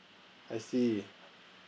I see